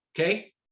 okay